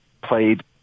played